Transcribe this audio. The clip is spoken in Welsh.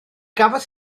gafodd